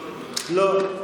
לא.